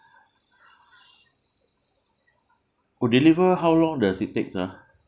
oh deliver how long does it takes ah